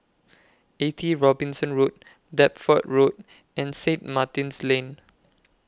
eighty Robinson Road Deptford Road and Saint Martin's Lane